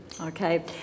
Okay